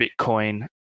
bitcoin